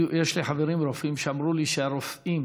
יש לי חברים רופאים שאמרו לי שאיך הרופאים